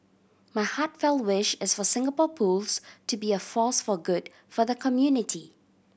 my heartfelt wish is for Singapore Pools to be a force for good for the community